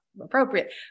appropriate